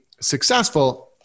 successful